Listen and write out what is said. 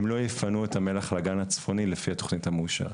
הם לא יפנו את המלח לאגן הצפוני לפי התוכנית המאושרת.